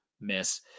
Miss